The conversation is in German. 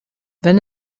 wenn